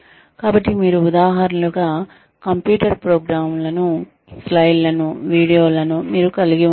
కాబట్టి మీరు ఉదాహరణలుగా కంప్యూటర్ ప్రోగ్రామ్లను స్లైడ్లను వీడియోలను మీరు కలిగి ఉండవచ్చు